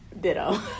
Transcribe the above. ditto